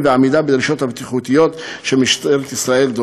ותוך עמידה בדרישות הבטיחות של משטרת ישראל.